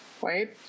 Wait